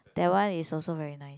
that one is also very nice